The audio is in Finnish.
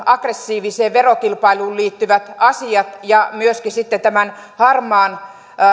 aggressiiviseen verokilpailuun liittyvät asiat ja myöskin tämän harmaan